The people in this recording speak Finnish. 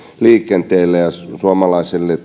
liikenteelle ja suomalaisille